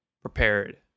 prepared